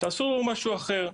תעשו משהו אחר.